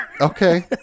Okay